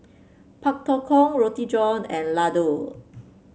Pak Thong Ko Roti John and laddu